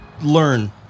learn